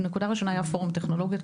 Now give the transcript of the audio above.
הנקודה הראשונה הייתה פורום טכנולוגיות.